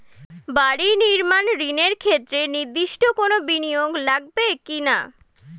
বাড়ি নির্মাণ ঋণের ক্ষেত্রে নির্দিষ্ট কোনো বিনিয়োগ লাগবে কি না?